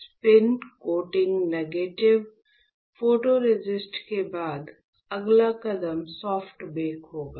spin coating negative photoresist के बाद अगला कदम सॉफ्ट बेक होगा